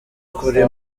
kuri